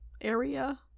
area